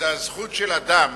זו הזכות של אדם